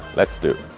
let's do